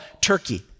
Turkey